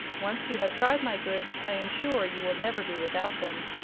once you have tried my goods i am sure you will never be without them.